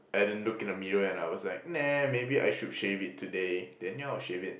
I had a look in the mirror and I was like nah maybe I should shave it today then yeah I'll shave it